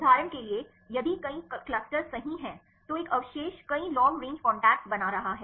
उदाहरण के लिए यदि कई क्लस्टर सही हैं तो एक अवशेष कई लॉन्ग रेंज कॉन्टैक्ट्स बना रहा है